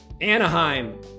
Anaheim